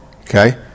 Okay